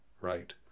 right